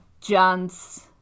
John's